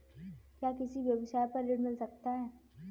क्या किसी व्यवसाय पर ऋण मिल सकता है?